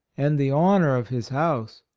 and the honor of his house.